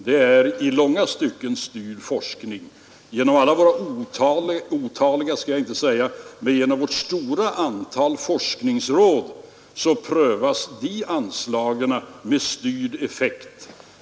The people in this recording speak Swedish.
Det är i långa stycken styrd forskning. Genom vårt stora antal forskningsråd prövas de här anslagen med styrd effekt.